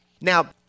Now